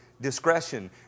discretion